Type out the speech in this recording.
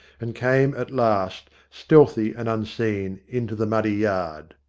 and came at last, stealthy and unseen, into the muddy yard.